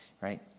right